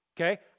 okay